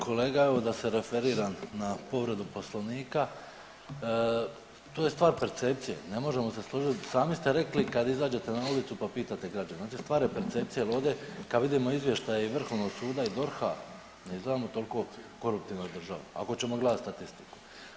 Kolega evo da se referiram na povredu poslovnika to je stvar percepcije, ne možemo se složiti sami ste rekli kad izađete na ulicu pa pitate građene, znači stvar je percepcije jer ovdje kad vidimo izvještaje i vrhovnog suda i DORH-a ne izgledamo toliko koruptivna država ako ćemo gledat statistiku.